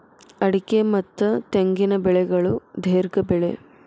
ಅಡಿಕೆ ಮತ್ತ ತೆಂಗಿನ ಬೆಳೆಗಳು ದೇರ್ಘ ಬೆಳೆ